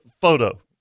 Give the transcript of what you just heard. Photo